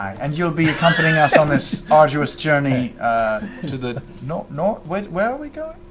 and you'll be accompanying us on this arduous journey to the nor nor where where are we going?